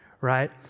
right